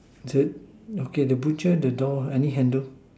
the okay the butcher the door any handle